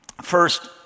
First